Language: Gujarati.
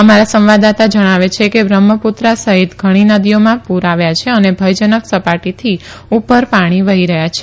અમારા સંવાદદાતા જણાવે છે કે બ્રહ્મપુત્રા સહિત ઘણી નદીઓમાં પુર આવ્યા છે અને ભયજનક સપાટીથી ઉપર પાણી વહી રહયાં છે